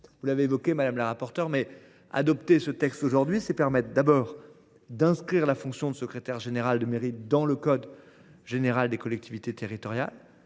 Vous l’avez dit, madame la rapporteure, adopter ce texte aujourd’hui, c’est permettre : d’inscrire la fonction de secrétaire général de mairie dans le code général des collectivités territoriales